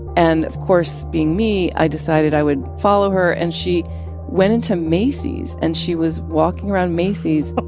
and, of course, being me, i decided i would follow her. and she went into macy's, and she was walking around macy's.